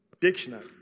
Dictionary